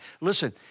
Listen